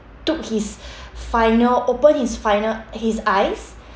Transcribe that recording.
took his final open his final his eyes